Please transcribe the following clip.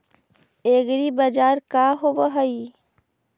एग्रीबाजार का होव हइ?